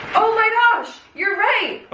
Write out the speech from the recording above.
oh my gosh, you're right! ah,